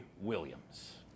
Williams